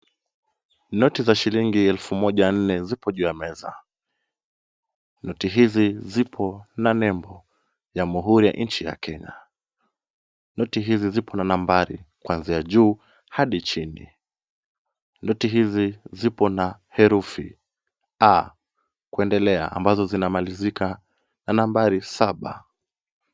Noti za shilingi elfu moja nne zipo juu ya meza. Noti hizi zipo na nembo ya mhuri ya nchi ya Kenya. Noti hizi zipo na nambari kuanzia juu hadi chini. Noti hizi zipo na herufi A kwendelea ambazo zinamalizika na nambari saba.